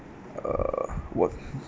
uh what